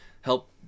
help